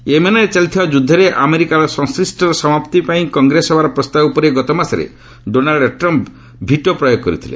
ୟେମେନ୍ରେ ଚାଲିଥବା ଯୁଦ୍ଧରେ ଆମେରିକାର ସଂଶ୍ରିଷ୍ଟର ସମାପ୍ତି ପାଇଁ କଂଗ୍ରେସ ସଭାର ପ୍ରସ୍ତାବ ଉପରେ ଗତମାସରେ ଡୋନାଲ୍ଡ୍ ଟ୍ରମ୍ପ୍ ଭିଟୋ ପ୍ରୟୋଗ କରିଥିଲେ